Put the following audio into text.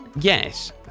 Yes